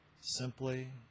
simply